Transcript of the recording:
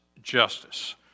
Justice